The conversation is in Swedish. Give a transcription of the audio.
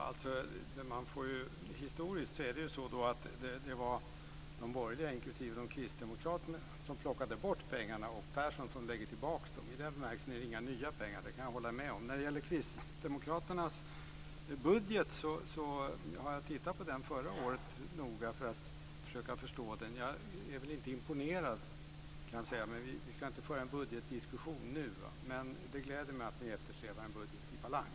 Fru talman! Historiskt är det så att det var de borgerliga, inklusive Kristdemokraterna, som plockade bort pengarna. Persson lägger tillbaka dem. I den bemärkelsen är det inga nya pengar; det kan jag hålla med om. Kristdemokraternas budget tittade jag noga på förra året för att försöka förstå. Jag är inte imponerad, kan jag säga, men vi ska inte föra en budgetdiskussion nu. Det gläder mig ändå att ni eftersträvar en budget i balans.